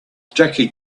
jackie